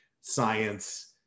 science